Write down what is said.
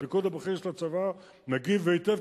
הפיקוד הבכיר של הצבא מגיב היטב,